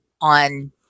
on